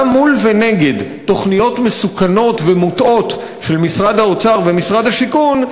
גם מול ונגד תוכניות מסוכנות ומוטעות של משרד האוצר ומשרד השיכון,